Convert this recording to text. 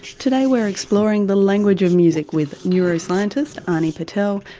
today we are exploring the language of music with neuroscientist ani patel,